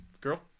girl